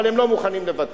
אבל הם לא מוכנים לוותר.